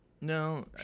no